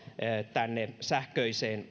tänne sähköiseen